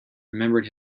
remembered